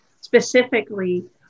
specifically